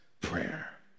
prayer